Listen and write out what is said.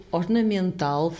ornamental